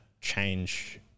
change